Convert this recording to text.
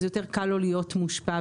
אז יותר קל לו להיות מושפע.